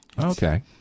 Okay